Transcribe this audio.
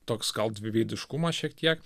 toks gal dviveidiškumas šiek tiek